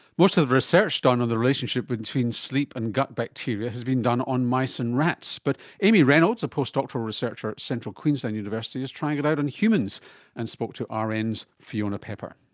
most of the research done on the relationship between sleep and gut bacteria has been done on mice and rats, but amy reynolds, a postdoctoral researcher at central queensland university is trying it out on humans and spoke to ah rn's fiona pepper.